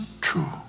true